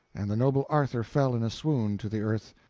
and the noble arthur fell in a swoon to the earth,